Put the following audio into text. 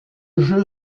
jeu